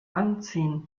anziehen